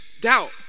doubt